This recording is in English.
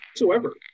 whatsoever